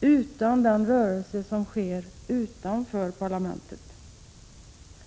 utan den rörelse som sker utanför parlamentet.